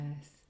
Yes